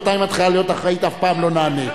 מתי היא מתחילה להיות אחראית אף פעם לא נענה,